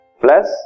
plus